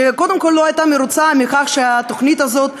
שקודם כול לא הייתה מרוצה מכך שהתוכניות של